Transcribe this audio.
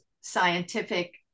scientific